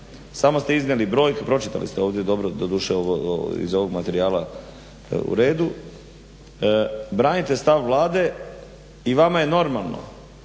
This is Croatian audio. samo ste iznijeli brojke, pročitali ste ovdje dobro, doduše iz ovog materijala u redu, branite stav Vlade i vama je normalno